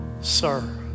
sir